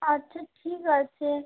আচ্ছা ঠিক আছে